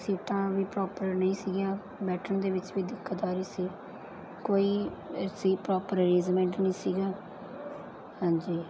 ਸੀਟਾਂ ਵੀ ਪ੍ਰੋਪਰ ਨਹੀਂ ਸੀਗੀਆ ਬੈਠਣ ਦੇ ਵਿੱਚ ਵੀ ਦਿੱਕਤ ਆ ਰਹੀ ਸੀ ਕੋਈ ਸੀ ਪ੍ਰੋਪਰ ਅਰੇਜ਼ਮੈਂਟ ਨਹੀਂ ਸੀਗਾ ਹਾਂਜੀ